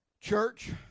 Church